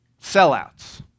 sellouts